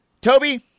Toby